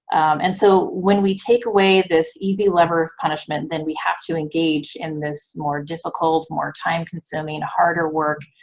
and so when we take away this easy lever of punishment, then we have to engage in this more difficult, more time-consuming, and harder work,